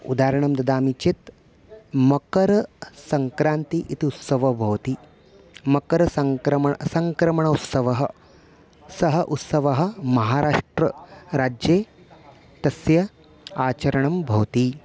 उदारणं ददामि चेत् मकरसङ्क्रान्तिः इति उत्सवः भवति मकरसङ्क्रमणं सङ्क्रमणोत्सवः सः उत्सवः महाराष्ट्रराज्ये तस्य आचरणं भवति